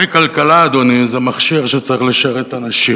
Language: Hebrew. הרי כלכלה, אדוני, זה מכשיר שצריך לשרת אנשים.